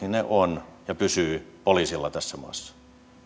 ovat ja pysyvät poliisilla tässä maassa